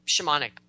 shamanic